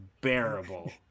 bearable